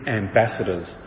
ambassadors